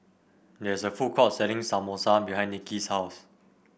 there is a food court selling Samosa behind Nicki's house